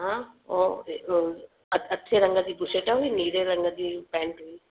हा उहो ह अ अछे रंग जी बुशेट हुई नीरे रंग जी पैंट हुई